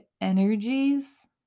energies